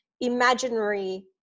imaginary